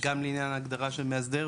גם לעניין הגדרה של מאסדר,